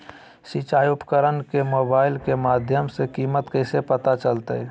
सिंचाई उपकरण के मोबाइल के माध्यम से कीमत कैसे पता चलतय?